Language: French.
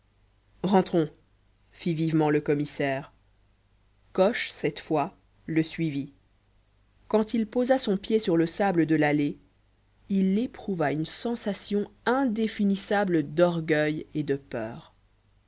fit vivement le commissaire coche cette fois le suivit quand il posa son pied sur le sable de l'allée il éprouva une sensation indéfinissable d'orgueil et de peur